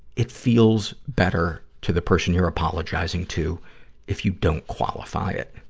it feels better to the person you're apologizing to if you don't qualify it.